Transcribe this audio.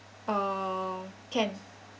uh can